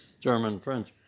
German-French